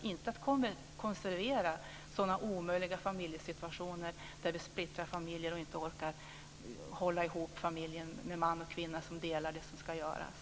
Vi ska inte konservera sådana omöjliga familjesituationer där familjer splittras och inte orkar hålla ihop, med en man och kvinna som delar det som ska göras.